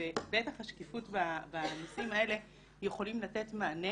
ובטח השקיפות בנושאים האלה יכולים לתת מענה